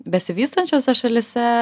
besivystančiose šalyse